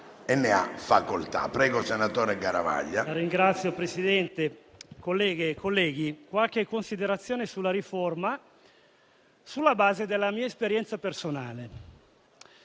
Ne ha facoltà.